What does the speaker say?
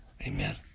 Amen